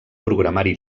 programari